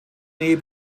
nähe